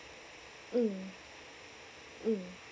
mm mm